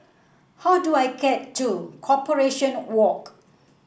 how do I get to Corporation Walk